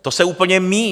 To se úplně míjí.